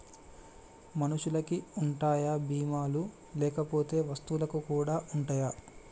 మనుషులకి ఉంటాయా బీమా లు లేకపోతే వస్తువులకు కూడా ఉంటయా?